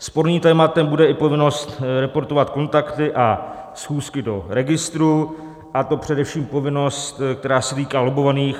Sporným tématem bude i povinnost reportovat kontakty a schůzky do registru, a to především povinnost, která se týká lobbovaných,